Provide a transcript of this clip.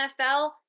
NFL